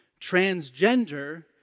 transgender